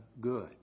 good